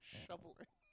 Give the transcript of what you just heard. shoveling